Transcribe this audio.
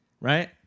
Right